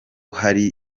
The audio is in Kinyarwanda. hari